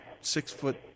six-foot